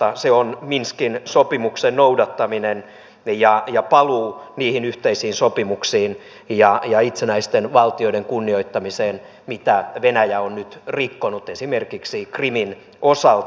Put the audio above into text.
se on minskin sopimuksen noudattaminen ja paluu niihin yhteisiin sopimuksiin ja itsenäisten valtioiden kunnioittamiseen mitä venäjä on nyt rikkonut esimerkiksi krimin osalta